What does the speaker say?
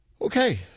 okay